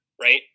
right